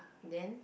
then